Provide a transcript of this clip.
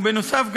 ובנוסף,